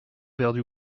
perdu